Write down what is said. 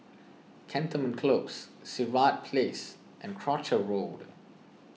Cantonment Close Sirat Place and Croucher Road